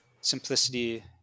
simplicity